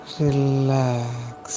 relax